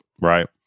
right